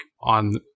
on